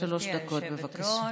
גברתי היושבת-ראש,